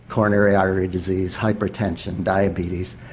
coronary artery disease, hypertension, diabetes.